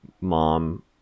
mom